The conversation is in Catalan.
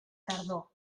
tardor